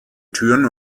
türen